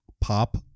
Pop